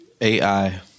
AI